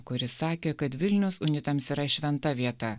kuris sakė kad vilnius unitams yra šventa vieta